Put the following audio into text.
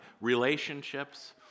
relationships